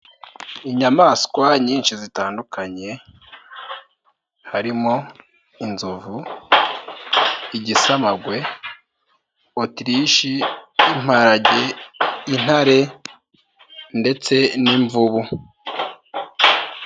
Inyamaswa nyinshi zitandukanye harimo inzovu, igisamagwe, otirishi, imparage, intare ndetse n'imvubu.